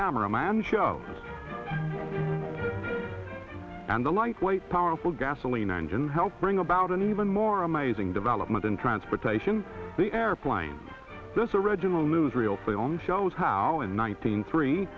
camera man joe and the lightweight powerful gasoline engine helped bring about an even more amazing development in transportation the airplane this original newsreel film shows how in nineteen three